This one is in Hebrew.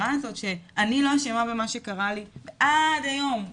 שאני לא אשמה במה שקרה לי ועד היום,